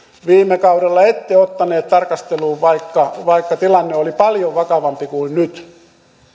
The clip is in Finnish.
viime kaudella ette ottaneet tarkasteluun vaikka vaikka tilanne oli paljon vakavampi kuin nyt